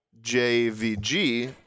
J-V-G